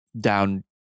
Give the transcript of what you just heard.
down